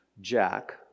Jack